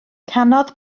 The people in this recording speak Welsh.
canodd